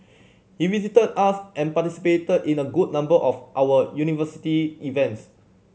he visited us and participated in a good number of our university events